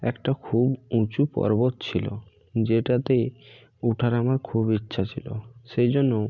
একটা খুব উঁচু পর্বত ছিলো যেটাতে ওঠার আমার খুব ইচ্ছা ছিলো সেই জন্য